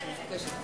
כן, אני רוצה בבקשה.